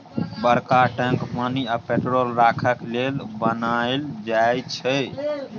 बरका टैंक पानि आ पेट्रोल राखय लेल बनाएल जाई छै